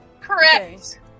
Correct